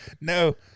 no